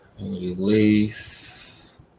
Release